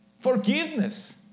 Forgiveness